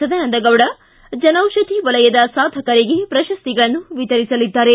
ಸದಾನಂದಗೌಡ ಜನೌಪಧಿ ವಲಯದ ಸಾಧಕರಿಗೆ ಪ್ರಶಸ್ತಿಗಳನ್ನು ವಿತರಿಸಲಿದ್ದಾರೆ